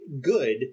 good